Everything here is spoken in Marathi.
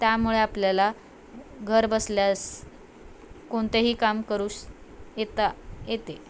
त्यामुळे आपल्याला घरी बसल्यास कोणतेही काम करू श एता येते